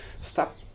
stop